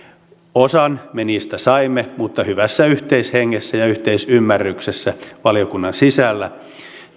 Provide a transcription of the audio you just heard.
osan me niistä saimme mutta hyvässä yhteishengessä ja yhteisymmärryksessä valiokunnan sisällä